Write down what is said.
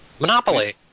Monopoly